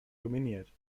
dominiert